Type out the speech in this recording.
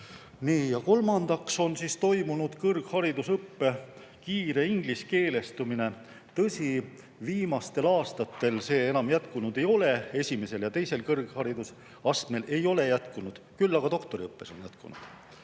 Ja kolmandaks, on toimunud kõrgharidusõppe kiire ingliskeelestumine. Tõsi, viimastel aastatel see enam jätkunud ei ole. Esimesel ja teisel kõrgharidusastmel ei ole jätkunud, aga doktoriõppes on jätkunud.